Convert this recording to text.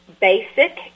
basic